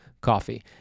coffee